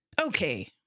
Okay